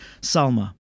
Salma